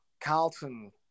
Carlton